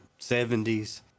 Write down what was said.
70s